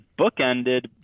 bookended